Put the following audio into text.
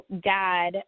dad